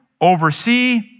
oversee